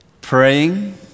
praying